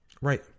Right